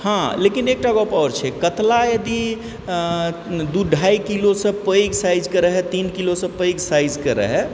हँ लेकिन एकटा गप आओर छै कतला यदि दू ढाइ किलोसँ पैघ साइजके रहए तीन किलोसँ पैघ साइजके रहए